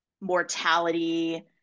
mortality